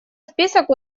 список